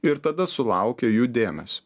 ir tada sulaukia jų dėmesio